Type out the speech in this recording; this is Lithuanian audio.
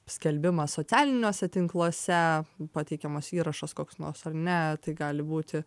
skelbimas socialiniuose tinkluose pateikiamas įrašas koks nors ar ne tai gali būti